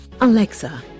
Alexa